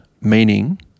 meaning